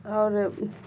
اور